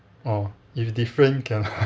oh if a different can ah